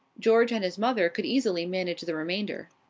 george and his mother could easily manage the remainder.